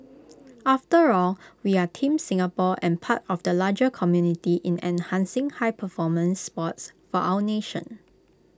after all we are Team Singapore and part of the larger community in enhancing high performance sports for our nation